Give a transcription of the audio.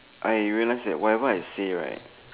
I realize right here right